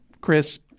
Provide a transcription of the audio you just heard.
Chris